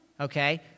okay